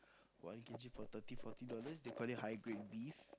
one k_g for thirty forty dollars they call it high grade beef